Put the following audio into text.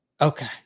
Okay